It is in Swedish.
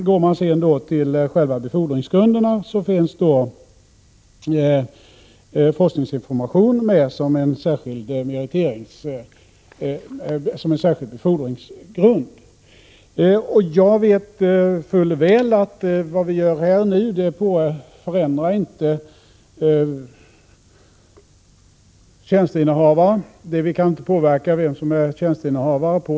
Går man sedan till själva befordringsgrunderna kan man se att forskningsinformation finns med som en särskild befordringsgrund. Jag vet fuller väl att vad vi gör nu inte påverkar vem som är tjänsteinnehavare.